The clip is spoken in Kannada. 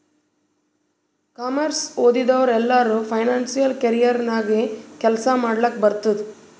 ಕಾಮರ್ಸ್ ಓದಿದವ್ರು ಎಲ್ಲರೂ ಫೈನಾನ್ಸಿಯಲ್ ಕೆರಿಯರ್ ನಾಗೆ ಕೆಲ್ಸಾ ಮಾಡ್ಲಕ್ ಬರ್ತುದ್